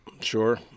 sure